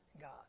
God